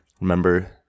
remember